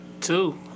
Two